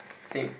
same